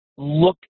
look